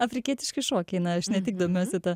afrikietiški šokiai na aš ne tik domiuosi ta